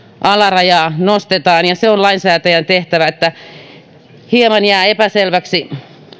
alarajaa nostetaan ja se on lainsäätäjän tehtävä hieman jää epäselväksi